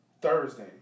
Thursday